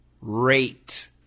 rate